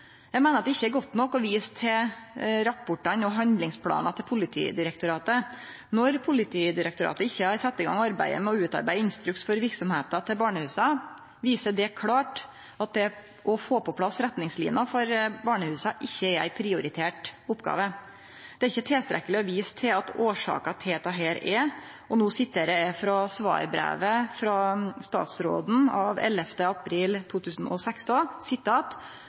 Eg meiner at det ikkje er godt nok å vise til rapportane og handlingsplanane til Politidirektoratet. Når Politidirektoratet ikkje har sett i gang arbeidet med å utarbeide instruks for verksemda til barnehusa, viser det klårt at det å få på plass retningsliner for barnehusa ikkje er ei prioritert oppgåve. Det er ikkje tilstrekkeleg å vise til at årsaka til dette er – og no siterer eg frå svarbrevet frå statsråden av 11. april 2016